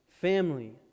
family